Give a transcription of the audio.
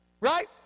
Right